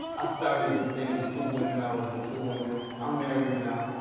i started this thing with two women. i was with two women, i'm married now. um